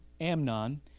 Amnon